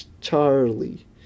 Charlie